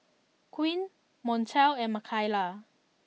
Queen Montel and Makaila